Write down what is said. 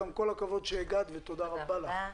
כל הכבוד שהגעת לכאן ותודה רבה לך.